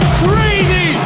crazy